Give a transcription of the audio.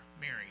Mary